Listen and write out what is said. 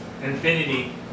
infinity